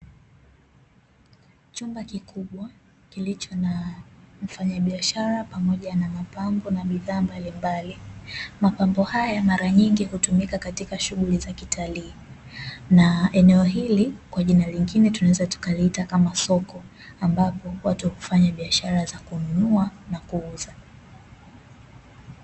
Chumba kikubwa kilicho na mfanya biashara na mapambo pamoja na bidhaa mbalimbali. Mapambo haya mara nyingi hutumika katika shughuli za kitalii na eneo hili kwa jina lingine tunaweza tukaliita kama soko. Ambapo watu hufanya biashara za kununua na kuuza.